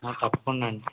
ఆ తప్పకుండా అండి